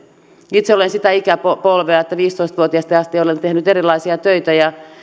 itse olen sitä ikäpolvea että viisitoista vuotiaasta asti olen tehnyt erilaisia töitä ja